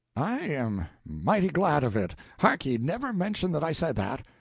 i am mighty glad of it! hark ye never mention that i said that!